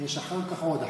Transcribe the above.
יש אחר כך עוד.